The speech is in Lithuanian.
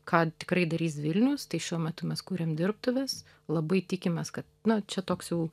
ką tikrai darys vilnius tai šiuo metu mes kuriam dirbtuves labai tikimės kad na čia toks jau